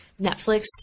Netflix